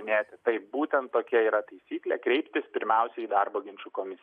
net taip būtent tokia yra taisyklė kreiptis pirmiausia į darbo ginčų komisiją